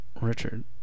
Richard